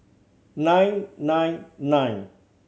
nine nine nine